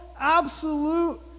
absolute